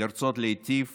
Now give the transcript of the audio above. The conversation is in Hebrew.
לרצות להיטיב